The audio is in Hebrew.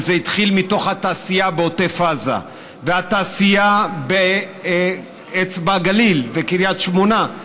וזה התחיל מתוך התעשייה בעוטף עזה והתעשייה באצבע הגליל וקריית שמונה.